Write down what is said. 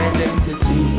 Identity